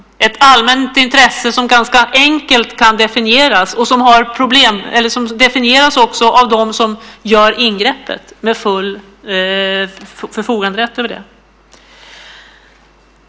Det är ett allmänt intresse som ganska enkelt kan definieras och som definieras av dem som gör ingreppet med full förfoganderätt över det.